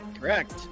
Correct